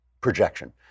projection